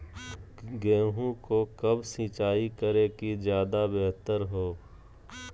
गेंहू को कब सिंचाई करे कि ज्यादा व्यहतर हो?